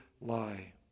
Lie